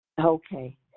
Okay